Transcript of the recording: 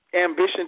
ambition